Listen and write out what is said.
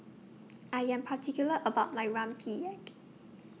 I Am particular about My Rempeyek